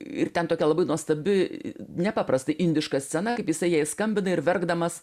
ir ten tokia labai nuostabi nepaprastai indiška scena kaip jisai jai skambina ir verkdamas